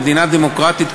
במדינה דמוקרטית,